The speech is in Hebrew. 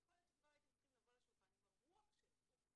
יכול להיות שכבר הייתם צריכים לבוא לשולחן עם הרוח של החוק,